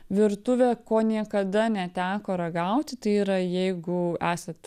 virtuvė ko niekada neteko ragauti tai yra jeigu esat